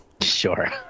Sure